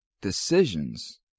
decisions